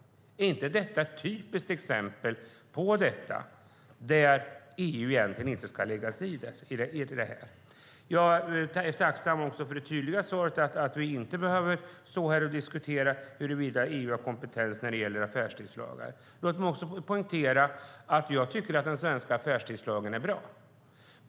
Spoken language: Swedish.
Är inte detta ett typiskt exempel på sådant som EU egentligen inte ska lägga sig i? Jag är tacksam för det tydliga svaret att vi inte behöver stå här och diskutera huruvida EU har kompetens när det gäller att besluta om affärstidslagar. Låt mig också poängtera att den svenska affärstidslagen är bra.